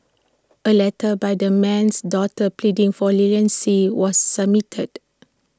A letter by the man's daughter pleading for leniency was submitted